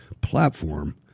platform